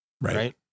Right